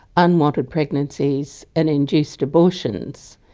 unwanted pregnancies and induced abortions,